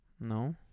No